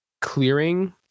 clearing